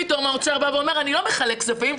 ופתאום האוצר אומר: אני לא מחלק כספים,